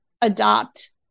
adopt